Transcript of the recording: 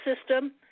system